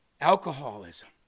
Alcoholism